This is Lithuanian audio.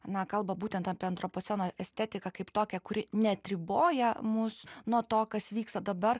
na kalba būtent apie antropoceno estetiką kaip tokią kuri ne atriboja mus nuo to kas vyksta dabar